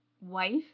wife